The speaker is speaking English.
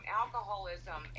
alcoholism